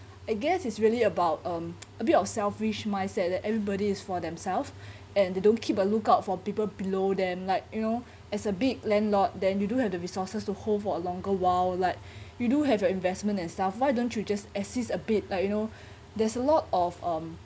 I guess it's really about um a bit of selfish mindset that everybody is for themselves and they don't keep a lookout for people below them like you know as a big landlord then you do have the resources to hold for a longer while like you do have your investment and stuff why don't you just assist a bit like you know there's a lot of um